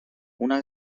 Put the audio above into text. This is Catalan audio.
una